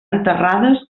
enterrades